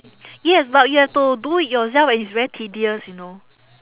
yes but you have to do it yourself and it's very tedious you know